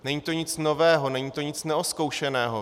Není to nic nového, není to nic neozkoušeného.